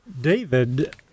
David